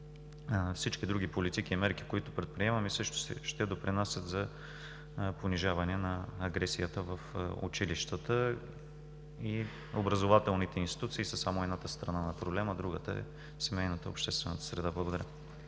всички други политики и мерки, които предприемаме, също ще допринасят за понижаване на агресията в училищата. Образователните институции са само едната страна на проблема, другата е семейната и обществената среда. Благодаря.